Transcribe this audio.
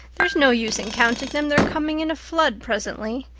there's no use in counting them! they're coming in a flood presently.